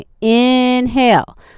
inhale